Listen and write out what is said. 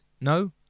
No